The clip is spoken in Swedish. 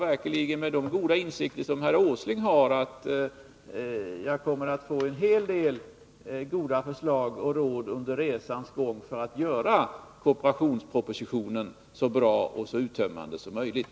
Med de goda insikter som herr Åsling har hoppas jag att jag av honom under resans gång får en hel del goda förslag och råd för att göra kooperationspropositionen så bra och uttömmande som möjligt.